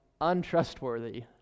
untrustworthy